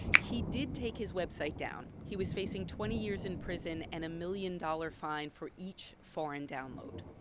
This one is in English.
he did take his website down. he was facing twenty years in prison and a million-dollar fine for each foreign download.